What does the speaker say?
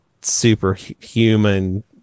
superhuman